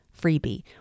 freebie